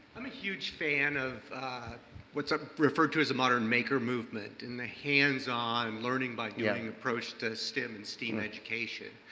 i'm a huge fan of what's ah referred to as the modern maker movement and the hands-on learning by doing approach to stem and steam education.